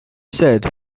said